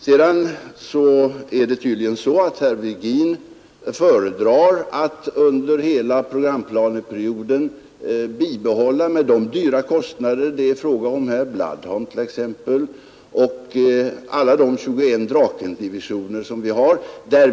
Herr Virgin föredrar tydligen att under hela programplaneperioden bibehålla — med de stora kostnader det är fråga om här — t.ex. Bloodhound och alla de 21 Drakendivisionerna.